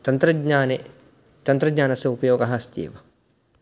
तन्त्रज्ञाने तन्त्रज्ञानस्य उपयोगः अस्ति एव